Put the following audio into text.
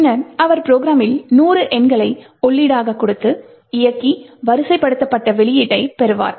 பின்னர் அவர் ப்ரோக்ராமில் நூறு எண்களை உள்ளீடாக கொடுத்து இயக்கி வரிசைப்படுத்தப்பட்ட வெளியீட்டைப் பெறுவார்